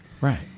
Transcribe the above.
Right